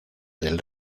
del